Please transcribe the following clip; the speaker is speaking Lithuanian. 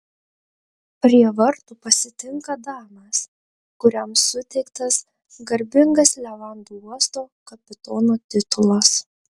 prie vartų pasitinka danas kuriam suteiktas garbingas levandų uosto kapitono titulas